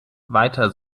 weiter